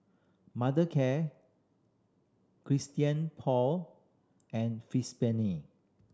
Mothercare Christian Paul and Fristine